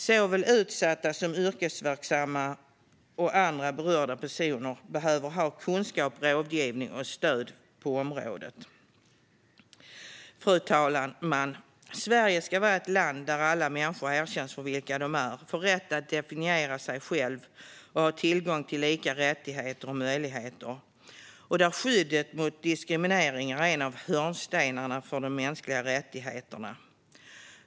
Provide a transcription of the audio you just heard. Såväl utsatta som yrkesverksamma och andra berörda personer behöver ha kunskap, rådgivning och stöd på området. Fru talman! Sverige ska vara ett land där alla människor erkänns för vilka de är, får rätt att definiera sig själva och har tillgång till lika rättigheter och möjligheter och där skyddet mot diskriminering är en av hörnstenarna för de mänskliga rättigheterna.